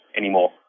anymore